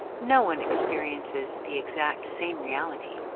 no one experiences the exact same reality.